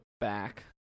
back